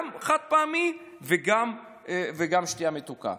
גם חד-פעמי וגם משקאות מתוקים.